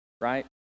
right